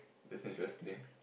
that's interesting